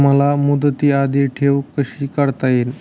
मला मुदती आधी ठेव कशी काढता येईल?